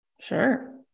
Sure